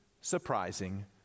surprising